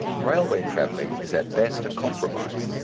railway travelling is at best a compromise.